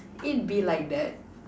it be like that